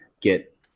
get